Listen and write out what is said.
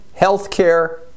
healthcare